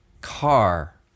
car